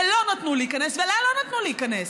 ולו נתנו להיכנס ולה לא נתנו להיכנס.